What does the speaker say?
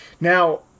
now